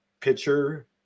pitcher